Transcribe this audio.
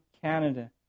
Canada